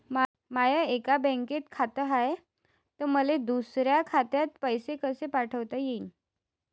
माय एका बँकेत खात हाय, त मले दुसऱ्या खात्यात पैसे कसे पाठवता येईन?